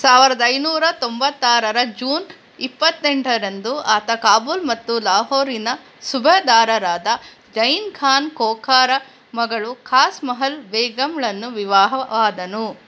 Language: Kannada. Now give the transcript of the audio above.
ಸಾವಿರದೈನೂರ ತೊಂಬತ್ತಾರರ ಜೂನ್ ಇಪ್ಪತ್ತೆಂಟರಂದು ಆತ ಕಾಬೂಲ್ ಮತ್ತು ಲಾಹೋರಿನ ಸುಬೇದಾರರಾದ ಜಯಿನ್ ಖಾನ್ ಖೋಕಾರ ಮಗಳು ಖಾಸ್ ಮಹಲ್ ಬೇಗಂಳನ್ನು ವಿವಾಹವಾದನು